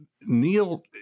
Neil –